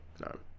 No